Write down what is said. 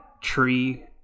tree